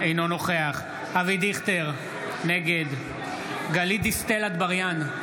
אינו נוכח אבי דיכטר, נגד גלית דיסטל אטבריאן,